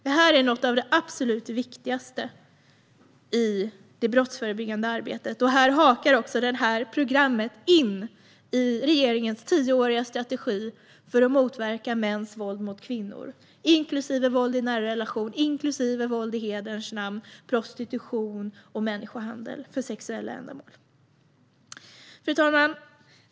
Detta är något av det absolut viktigaste i det brottsförebyggande arbetet. Här hakar programmet på regeringens tioåriga strategi för att motverka mäns våld mot kvinnor, våld i nära relationer, våld i hederns namn, prostitution och människohandel för sexuella ändamål.